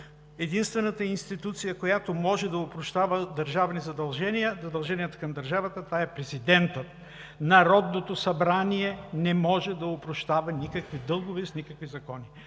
единствената институция, която може да опрощава държавни задължения, задълженията към държавата, това е президентът. Народното събрание не може да опрощава никакви дългове с никакви закони!